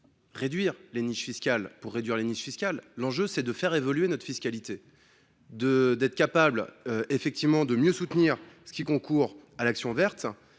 réduire les niches fiscales pour réduire les niches fiscales, mais de faire évoluer notre fiscalité, afin de mieux soutenir ce qui concourt à l’action verte